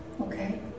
Okay